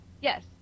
Yes